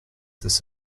this